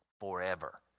forever